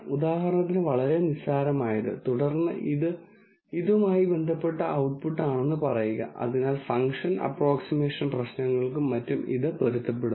ഉദാഹരണത്തിന് വളരെ നിസ്സാരമായത് തുടർന്ന് അത് ഇതുമായി ബന്ധപ്പെട്ട ഔട്ട്പുട്ട് ആണെന്ന് പറയുക അതിനാൽ ഫംഗ്ഷൻ അപ്രോക്സിമേഷൻ പ്രശ്നങ്ങൾക്കും മറ്റും ഇത് പൊരുത്തപ്പെടുത്തുന്നു